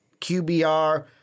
QBR